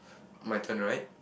my turn right